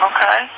Okay